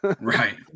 Right